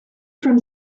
from